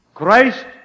Christ